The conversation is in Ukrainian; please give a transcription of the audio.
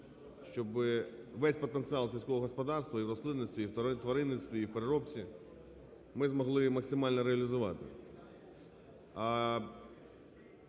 щоб весь потенціал сільського господарства: і в рослинництві, і в тваринництві, і в переробці, - ми змогли максимально реалізувати.